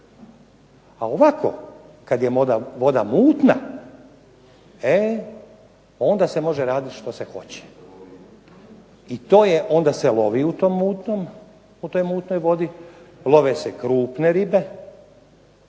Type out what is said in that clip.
A ovako kad je voda mutna, e onda se može raditi što se hoće i to je, onda se lovi u tom mutnom, u toj mutnoj vodi, love se krupne ribe,